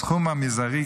הסכום המזערי,